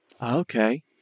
Okay